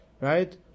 right